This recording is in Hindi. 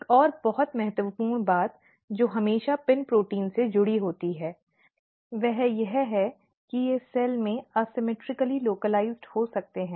एक और बहुत महत्वपूर्ण बात जो हमेशा पिन प्रोटीन से जुड़ी होती है वह यह है कि वे सेल में विषम रूप से स्थानीय हो सकते हैं